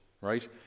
right